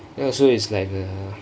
ya so it's like the